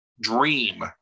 dream